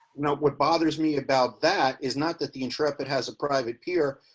know what bothers me about that is not that the intrepid has a private peer,